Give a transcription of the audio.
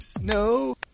no